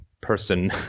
person